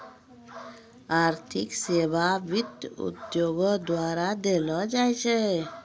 आर्थिक सेबा वित्त उद्योगो द्वारा देलो जाय छै